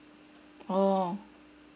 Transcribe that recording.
orh